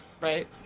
right